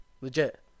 legit